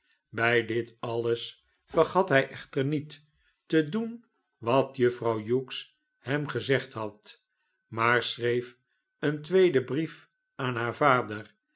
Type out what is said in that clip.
bij dit alles vergat hij echter niet te doen wat juffrouw hughes hem gezegd had maar schreef een tweeden brief aan haar vader